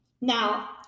Now